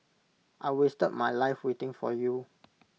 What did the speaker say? I wasted my life waiting for you